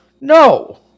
No